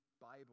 Bible